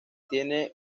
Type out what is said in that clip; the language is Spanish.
tiene